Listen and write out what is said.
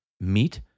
meet